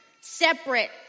separate